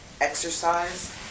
exercise